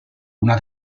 una